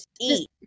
eat